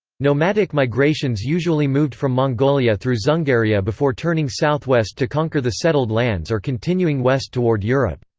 nomadic migrations usually moved from mongolia through dzungaria before turning southwest to conquer the settled lands or continuing west toward europe.